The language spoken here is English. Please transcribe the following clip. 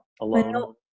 alone